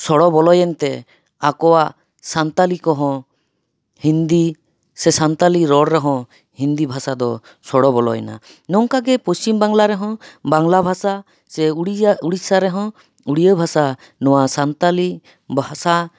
ᱥᱚᱲᱚ ᱵᱚᱞᱚᱭᱮᱱ ᱛᱮ ᱟᱠᱚᱣᱟᱜ ᱥᱟᱱᱛᱟᱞᱤ ᱠᱚᱦᱚᱸ ᱦᱤᱱᱫᱤ ᱥᱮ ᱥᱟᱱᱴᱟᱞᱤ ᱨᱚᱲ ᱨᱮᱦᱚᱸ ᱦᱤᱱᱫᱤ ᱵᱷᱟᱥᱟ ᱫᱚ ᱥᱚᱲᱚ ᱵᱚᱞᱚᱭᱮᱱᱟ ᱱᱚᱝᱠᱟ ᱜᱮ ᱯᱚᱥᱪᱤᱢ ᱵᱟᱝᱞᱟ ᱨᱮᱦᱚᱸ ᱵᱟᱝᱞᱟ ᱵᱷᱟᱥᱟ ᱥᱮ ᱳᱲᱤᱭᱟ ᱚᱲᱤᱥᱥᱟ ᱨᱮᱦᱚᱸ ᱳᱲᱭᱟᱹ ᱵᱷᱟᱥᱟ ᱱᱚᱣᱟ ᱥᱟᱱᱛᱟᱞᱤ ᱵᱷᱟᱥᱟ